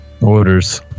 Orders